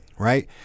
Right